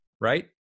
right